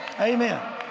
Amen